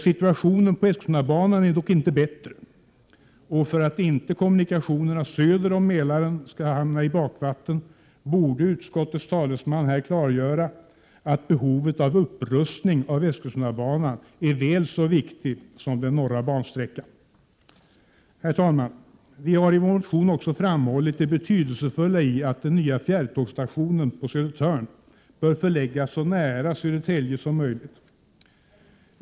Situationen på Eskilstunabanan är dock inte bättre, och för att inte kommunikationerna söder om Mälaren skall hamna i bakvatten borde utskottets talesman här klargöra att behovet av upprustning av Eskilstunabanan är väl så viktigt att tillgodose som det som gäller den norra bansträckan. Herr talman! Vi har i vår motion också framhållit det betydelsefulla i att den nya fjärrtågsstationen på Södertörn förläggs så nära Södertälje som möjligt.